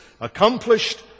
accomplished